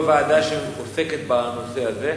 הוועדה שעוסקת בנושא הזה.